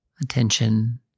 Attention